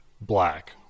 black